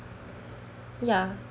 ya